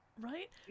Right